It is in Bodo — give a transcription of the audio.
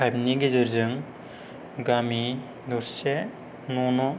फाइपनि गेजेरजों गामि दरसे न' न'